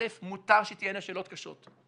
אל"ף, מותר שתהיינה שאלות קשות.